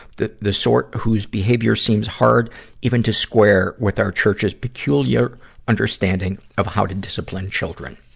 the the sort whose behavior seems hard even to square with our church's peculiar understanding of how to discipline children.